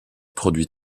produit